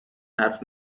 حرف